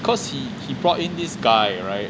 cause he he brought in this guy right